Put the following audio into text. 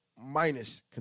minus